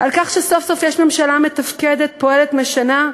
על כך שסוף-סוף יש ממשלה מתפקדת, פועלת, משנה?